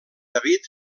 david